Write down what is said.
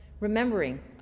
Remembering